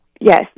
Yes